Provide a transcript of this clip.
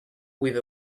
with